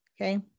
okay